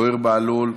זוהיר בהלול,